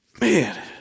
Man